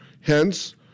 Hence